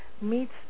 meets